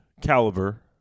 caliber